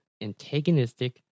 antagonistic